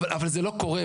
אבל זה לא קורה.